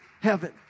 heaven